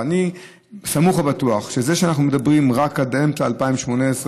אני סמוך ובטוח שזה שאנחנו מדברים רק עד אמצע 2018,